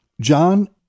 John